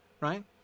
Right